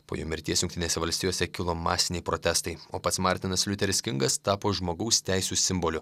po jo mirties jungtinėse valstijose kilo masiniai protestai o pats martynas liuteris kingas tapo žmogaus teisių simboliu